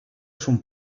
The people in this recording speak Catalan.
son